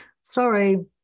Sorry